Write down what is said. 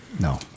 No